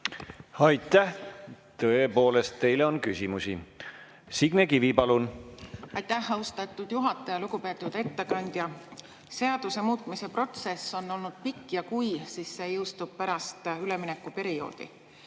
Aitäh! Tõepoolest, teile on küsimusi. Signe Kivi, palun! Aitäh, austatud juhataja! Lugupeetud ettekandja! Seaduse muutmise protsess on olnud pikk ja kui [see seadus jõustub], siis see jõustub pärast üleminekuperioodi.